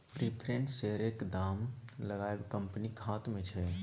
preference शेयरक दाम लगाएब कंपनीक हाथ मे छै